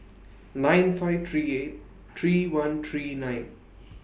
nine five three eight three one three nine